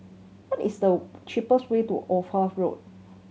what is the cheapest way to Ophir Road